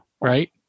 Right